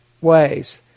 ways